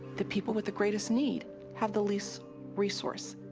the people with the greatest need have the least resource.